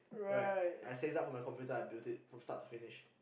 right I save up for my computer I built it from start to finish